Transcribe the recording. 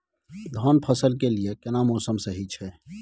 धान फसल के लिये केना मौसम सही छै?